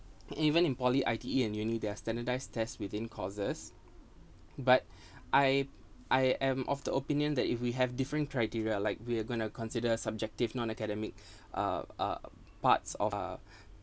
even in poly I_T_E and uni there are standardised tests within courses but I I am of the opinion that if we have different criteria like we're going to consider subjective non-academic uh uh parts of uh